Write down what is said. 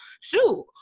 shoot